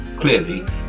Clearly